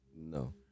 No